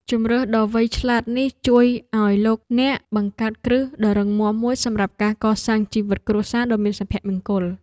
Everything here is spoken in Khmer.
ជម្រើសដ៏វៃឆ្លាតនេះជួយឱ្យលោកអ្នកបង្កើតគ្រឹះដ៏រឹងមាំមួយសម្រាប់ការកសាងជីវិតគ្រួសារដ៏មានសុភមង្គល។